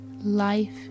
Life